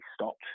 stopped